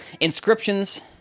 inscriptions